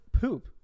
poop